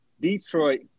Detroit